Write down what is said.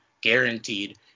guaranteed